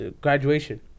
Graduation